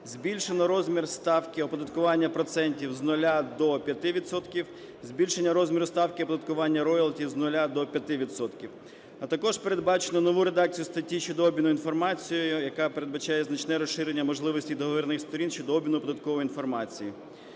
збільшено розмір ставки оподаткування процентів з 0 до 5 відсотків; збільшення розміру ставки оподаткування роялті з 0 до 5 відсотків. А також передбачено нову редакцію статті щодо обміну інформацією, яка передбачає значне розширення можливостей договірних сторін щодо обміну податкової інформації.